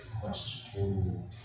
question